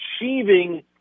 achieving